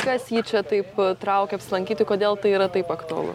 kas jį čia taip traukia apsilankyti kodėl tai yra taip aktualu